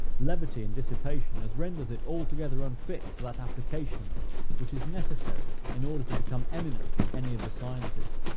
levity, and dissipation, as renders it altogether unfit for that application which is necessary in order to become eminent in any of the sciences.